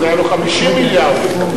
היו לו 50 מיליארד יתרות.